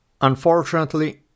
unfortunately